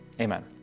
Amen